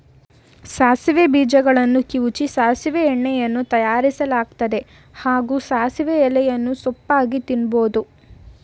ಸಾಸಿವೆ ಬೀಜಗಳನ್ನು ಕಿವುಚಿ ಸಾಸಿವೆ ಎಣ್ಣೆಯನ್ನೂ ತಯಾರಿಸಲಾಗ್ತದೆ ಹಾಗೂ ಸಾಸಿವೆ ಎಲೆಯನ್ನು ಸೊಪ್ಪಾಗಿ ತಿನ್ಬೋದು